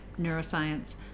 neuroscience